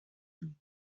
zoom